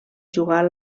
jugar